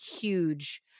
huge